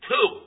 Two